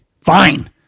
fine